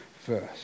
first